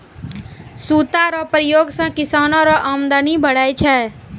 सूता रो प्रयोग से किसानो रो अमदनी बढ़ै छै